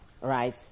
right